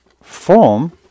form